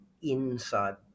inside